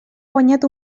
guanyat